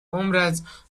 عمرت